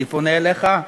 אני פונה אליך,